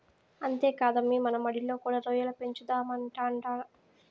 అంతేకాదమ్మీ మన మడిలో కూడా రొయ్యల పెంచుదామంటాండా